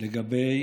לגבי